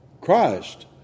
Christ